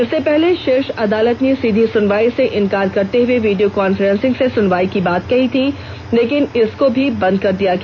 इससे पहले शीर्ष अदालत ने सीधी सुनवाई से इनकार करते हुए वीडियो कॉन्फ्रेंसिंग से सुनवाई की बात कही थी लेकिन इसको भी बंद कर दिया गया